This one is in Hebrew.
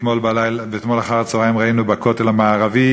ואתמול אחר-הצהריים ראינו בכותל המערבי